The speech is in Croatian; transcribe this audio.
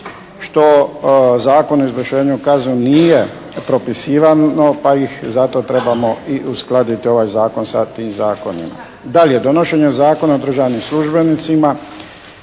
što Zakon o izvršenju kazne nije propisivao, pa ih zato trebamo i uskladiti ovaj zakon sa tim zakonima. Dalje, donošenjem Zakona o državnim službenicima